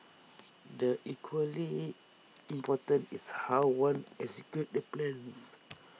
the equally important is how one executes the plans